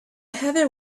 heather